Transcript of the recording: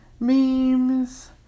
memes